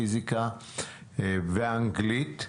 פיזיקה ואנגלית,